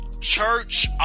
church